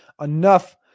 Enough